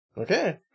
Okay